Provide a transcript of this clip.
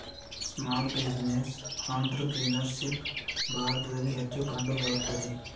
small business entrepreneurship ಭಾರತದಲ್ಲಿ ಹೆಚ್ಚು ಕಂಡುಬರುತ್ತದೆ